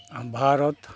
Bharat